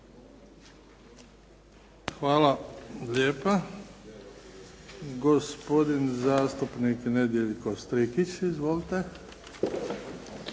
Hvala lijepa. Gospodin zastupnik Nedjeljko Strikić. Izvolite.